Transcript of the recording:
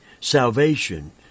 Salvation